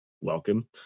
Welcome